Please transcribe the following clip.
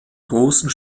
großen